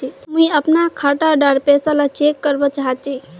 मुई अपना खाता डार पैसा ला चेक करवा चाहची?